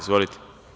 Izvolite.